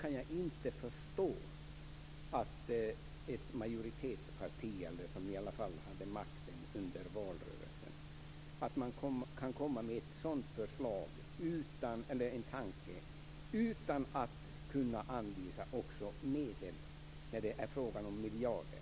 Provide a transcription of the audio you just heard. Jag kan inte förstå att ett majoritetsparti, ni hade i varje fall makten under valrörelsen, kan komma med en sådan tanke utan att också kunna anvisa medel när det är fråga om miljarder.